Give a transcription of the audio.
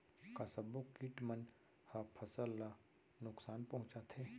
का सब्बो किट मन ह फसल ला नुकसान पहुंचाथे?